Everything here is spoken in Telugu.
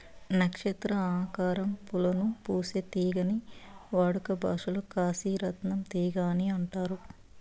నక్షత్ర ఆకారం పూలను పూసే తీగని వాడుక భాషలో కాశీ రత్నం తీగ అని అంటారు